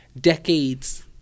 decades